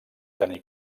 tenir